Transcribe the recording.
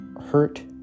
hurt